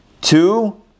Two